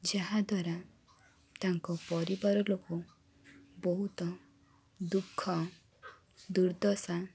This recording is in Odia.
ଯାହାଦ୍ଵାରା ତାଙ୍କ ପରିବାର ଲୋକ ବହୁତ ଦୁଃଖ ଦୁର୍ଦଶା